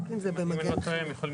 אם אני לא טועה, הם יכולים